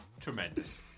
Tremendous